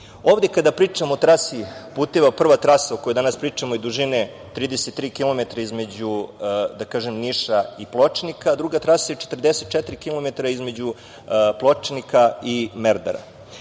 EU.Ovde kada pričamo o trasi puteva, prva trasa o kojoj danas pričamo je dužine 33 kilometra između Niša i Pločnika, a druga trasa je 44 kilometra između Pločnika i Merdara.